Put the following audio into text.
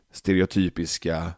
stereotypiska